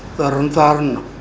Tarn Taran